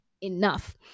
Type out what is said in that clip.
enough